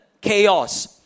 chaos